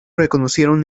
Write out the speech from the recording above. reconocieron